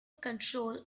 control